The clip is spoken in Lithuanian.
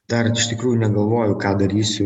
dar iš tikrųjų negalvoju ką darysiu